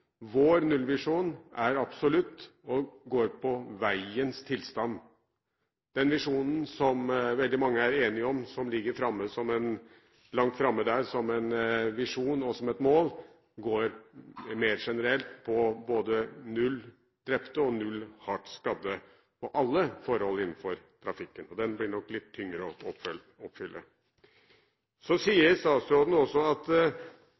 Vår nullvisjon er absolutt og går på veiens tilstand. Den visjonen som veldig mange er enige om, som ligger der langt framme som en visjon og som et mål, går mer generelt på både null drepte, null hardt skadde og alle forhold innenfor trafikken. Den blir nok litt tyngre å oppfylle. Statsråden sier – hun insinuerer nærmest – at